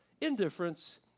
Indifference